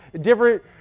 different